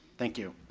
thank you.